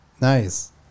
Nice